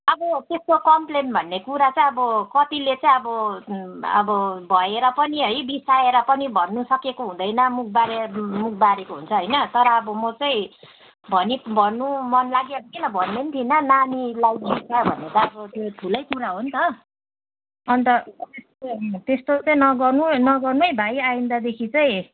अब त्यस्तो कम्प्लेन भन्ने कुरा चाहिँ अब कतिले चाहिँ अब अब भएर पनि है बिसाएर पनि भन्नुसकेको हुँदैन मुख बारेर मुख बारेको हुन्छ होइन तर अब म चाहिँ भनी भन्नु मनलाग्यो किन भन्ने पनि थिइनँ नानीलाई बित्छ भने त अब त्यो ठुलै कुरा हो नि त अन्त त्यस्तो चाहिँ नगर्नु नगर्नू है भाइ आइन्दादेखि चाहिँ